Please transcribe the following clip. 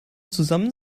zusammen